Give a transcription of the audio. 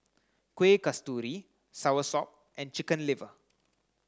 Kueh Kasturi Soursop and chicken liver